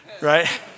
right